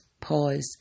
pause